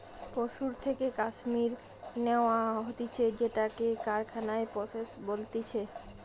পশুর থেকে কাশ্মীর ন্যাওয়া হতিছে সেটাকে কারখানায় প্রসেস বলতিছে